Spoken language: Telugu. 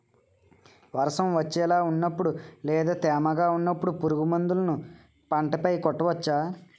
వర్షం వచ్చేలా వున్నపుడు లేదా తేమగా వున్నపుడు పురుగు మందులను పంట పై కొట్టవచ్చ?